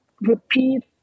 repeat